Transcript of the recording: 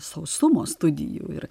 sausumo studijų ir